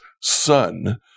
son